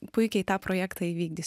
puikiai tą projektą įvykdys